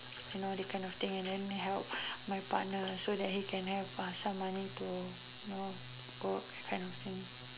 and all that kind of thing and then help my partner so he can have um some money to you know go kind of thing